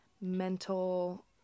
mental